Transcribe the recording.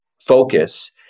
focus